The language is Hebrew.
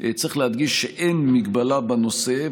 צריך להדגיש שאין הגבלה בנושא,